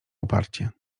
uparcie